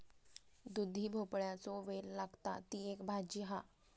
दुधी भोपळ्याचो वेल लागता, ती एक भाजी हा